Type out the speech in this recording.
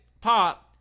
pop